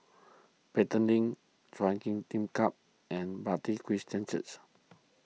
Pelton Link Chui Huay Lim Club and Bartley Christian Church